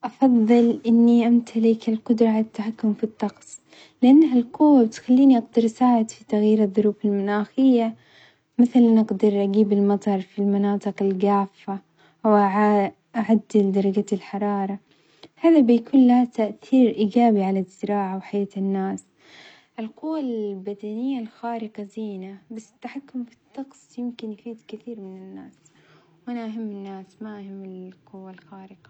أفظل إني أمتلك القدرة على التحكم في الطقس لأن هالقوة بتخليني أقدر أساعد في تغيير الظروف المناخية، مثلًا أقدر أجيب المطر في المناطق الجافة، و أع أعدل درجات الحرارة هذا بيكون له تأثير إيجابي على الزراعة وحياة الناس، القوة البدنية الخارقة زينة، بس التحكم في الطقس يمكن يفيد كثير من الناس، وأنا أهم الناس ما أهم القوة الخارقة.